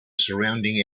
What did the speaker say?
surrounding